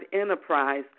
enterprise